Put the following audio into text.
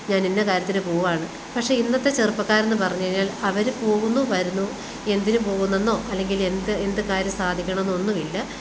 ഞാൻ ഇന്ന കാര്യത്തിന് പോകുകയാണ് പക്ഷേ ഇന്നത്തെ ചെറുപ്പക്കാരെന്ന് പറഞ്ഞ് കഴിഞ്ഞാൽ അവര് പോകുന്നു വരുന്നു എന്തിന് പോകുന്നെന്നൊ അല്ലെങ്കിലെന്ത് എന്ത് കാര്യം സാധിക്കണമെന്നോ ഒന്നുവില്ല